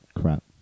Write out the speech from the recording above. crap